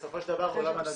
בסופו של דבר --- תודה,